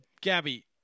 Gabby